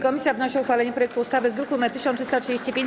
Komisja wnosi o uchwalenie projektu ustawy z druku nr 1335.